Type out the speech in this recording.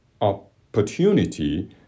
opportunity